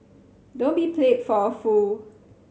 don't be played for a fool